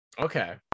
okay